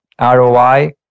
ROI